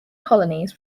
colonies